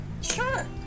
Sure